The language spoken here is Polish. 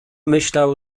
myślał